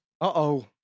Uh-oh